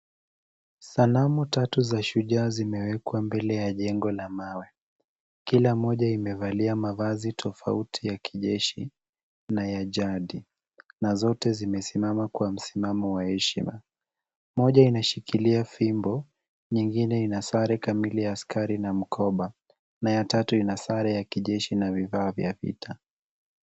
Sanamu tatu za shujaa zimewekwa mbele ya jengo la mawe. Kila moja imevalia mavazi tofauti ya kijeshi na ya jadi na zote zimesimama kwa msimamo wa heshima. Moja inashikilia fimbo, nyingine ina sare kamili ya askari na mkoba, na ya tatu ina sare ya kijeshi na vifaa vya vita.